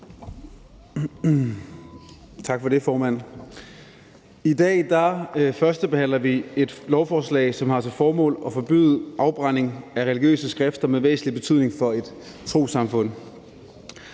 Tak for det, formand. I dag førstebehandler vi et lovforslag, som har til formål at forbyde afbrænding af religiøse skrifter med væsentlig betydning for et trossamfund.